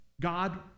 God